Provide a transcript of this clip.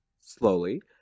slowly